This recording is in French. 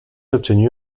obtenue